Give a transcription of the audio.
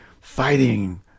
fighting